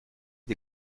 des